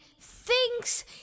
thinks